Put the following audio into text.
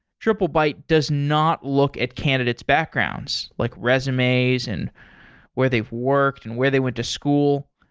triplebyte does not look at candidate's backgrounds, like resumes and where they've worked and where they went to school.